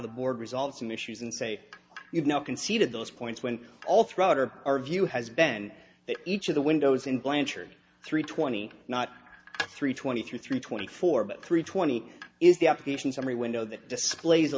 the board resolved some issues and say you've now conceded those points when all throughout or our view has ben that each of the windows in blanchard three twenty not three twenty three twenty four but three twenty is the application summary window that displays a